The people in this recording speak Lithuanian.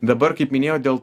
dabar kaip minėjau dėl